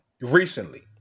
recently